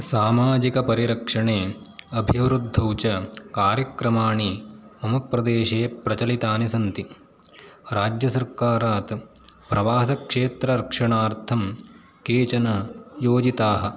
सामाजिकपरिरक्षणे अभिवृद्धौ च कार्यक्रमाणि मम प्रदेशे प्रचलितानि सन्ति राज्यसर्कारात् प्रवासक्षेत्ररक्षणार्थं केचन योजिताः